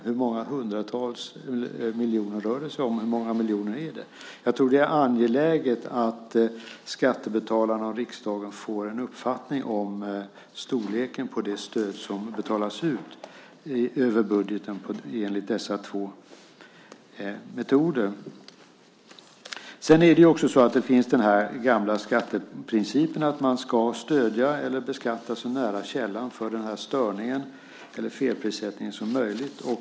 Hur många hundratals miljoner rör det sig om? Jag tror att det är angeläget att skattebetalarna och riksdagen får en uppfattning om storleken på det stöd som betalas ut över budgeten enligt dessa två metoder. Sedan har vi ju den gamla skatteprincipen att man ska stödja eller beskatta så nära källan till störningen eller felprissättningen som möjligt.